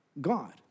God